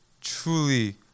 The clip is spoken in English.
truly